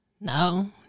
No